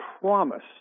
promise